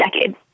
decade